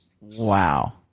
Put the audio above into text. Wow